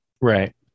Right